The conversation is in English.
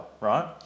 right